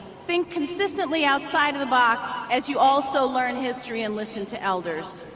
think consistently outside of the box as you also learn history and listen to elders.